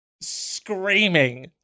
screaming